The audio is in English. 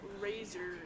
Razor